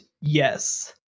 yes